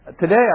today